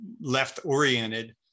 left-oriented